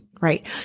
right